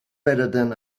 better